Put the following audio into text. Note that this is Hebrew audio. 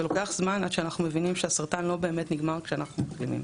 אבל אנחנו לא מבינים שהסרטן לא באמת נגמר כשאנחנו מחלימים.